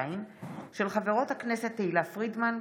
של חברות הכנסת תהלה פרידמן,